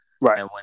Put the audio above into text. Right